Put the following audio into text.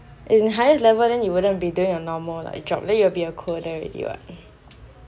as in highest level then you wouldn't be doing your normal like job then you will be a coder already what